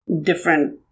different